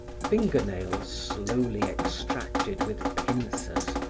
finger nails slowly extracted with pincers,